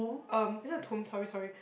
um is it a tomb sorry sorry